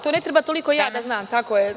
To ne treba toliko ja da znam, tako je.